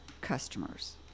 customers